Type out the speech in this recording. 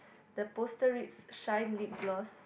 the poster reads shine lip gloss